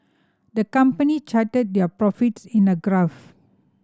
the company charted their profits in a graph